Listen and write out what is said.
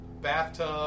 bathtub